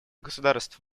государств